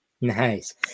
nice